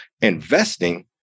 investing